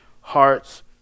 hearts